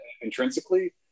intrinsically